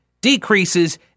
decreases